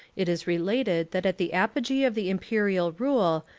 it is related that at the apogee of the imperial rule,